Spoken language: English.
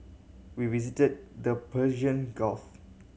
we visited the Persian Gulf